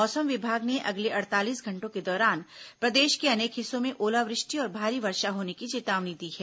मौसम विभाग ने अगले अड़तालीस घंटों के दौरान प्रदेश के अनेक हिस्सों में ओलावृष्टि और भारी वर्षा होने की चेतावनी दी है